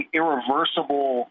irreversible